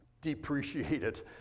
depreciated